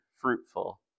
fruitful